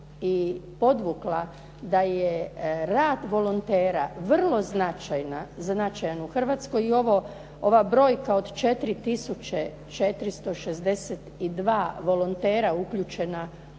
i podvukla da je rad volontera vrlo značajan u Hrvatskoj i ova brojka od 4 tisuće 462 volontera uključene u rad